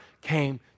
came